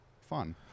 fun